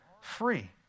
free